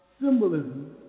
symbolism